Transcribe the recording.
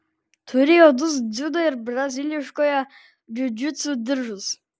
turi juodus dziudo ir braziliškojo džiudžitsu diržus